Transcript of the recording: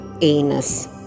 anus